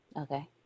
Okay